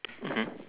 mmhmm